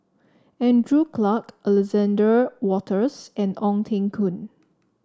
Andrew Clarke Alexander Wolters and Ong Teng Koon